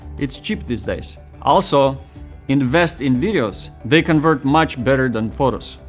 it's cheap these days. also invest in videos. they convert much better than photos.